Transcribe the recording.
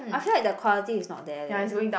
I feel like their quality is not there leh